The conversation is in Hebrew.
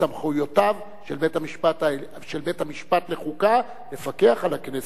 לסמכויותיו של בית-המשפט לחוקה לפקח על הכנסת.